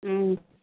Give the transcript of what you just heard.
হুম